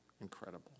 incredible